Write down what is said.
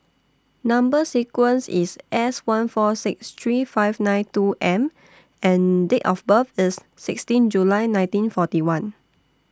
Number sequence IS S one four six three five nine two M and Date of birth IS sixteen July nineteen forty one